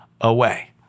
away